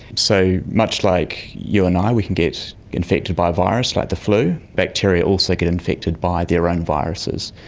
so, much like you and i, we can get infected by a virus, like the flu, bacteria also get infected by their own viruses.